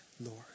Lord